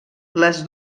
les